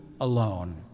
Alone